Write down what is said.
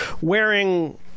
wearing